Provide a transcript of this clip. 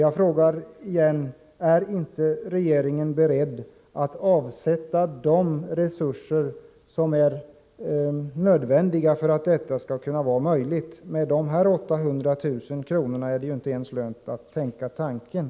Jag frågar återigen: Är regeringen inte beredd att avsätta de resurser som är nödvändiga för att detta skall vara möjligt? Med en gräns vid 800 000 kr. lönar det sig inte att tänka i sådana banor.